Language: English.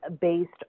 based